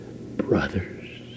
brothers